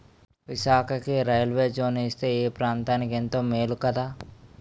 విశాఖకి railway zone ఇస్తే ఈ ప్రాంతనికెంతో మేలు కదా